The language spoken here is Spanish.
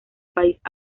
país